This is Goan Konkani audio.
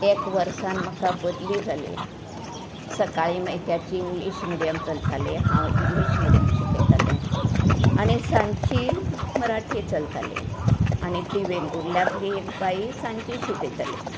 एक वर्सान म्हाका बदली जाली सकाळी मायत्याची इंग्लीश मिडियम चलतालें हांव इंग्लिश मिडियम शिकयतालें आनी सांजची मराठी चलताली आनी ती वेंगुर्ल्ल्यांतली एक बाई सांजे शिकयताली